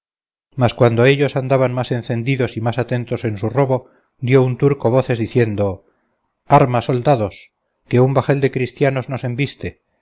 mas cuando ellos andaban más encendidos y más atentos en su robo dio un turco voces diciendo arma soldados que un bajel de cristianos nos embiste